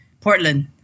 Portland